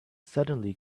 suddenly